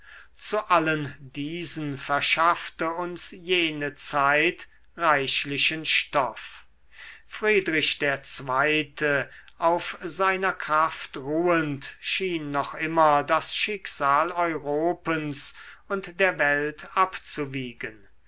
zu allen diesen verschaffte uns jene zeit reichlichen stoff friedrich der zweite auf seiner kraft ruhend schien noch immer das schicksal europens und der welt abzuwiegen